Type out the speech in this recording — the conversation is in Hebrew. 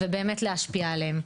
ובאמת להשפיע עליהם.